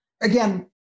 Again